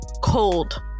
cold